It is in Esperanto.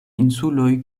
insuloj